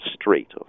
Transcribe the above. street